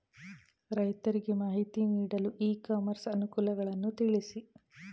ರೈತರಿಗೆ ಮಾಹಿತಿ ನೀಡಲು ಇ ಕಾಮರ್ಸ್ ಅನುಕೂಲಗಳನ್ನು ತಿಳಿಸಿ?